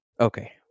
okay